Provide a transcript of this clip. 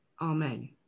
Amen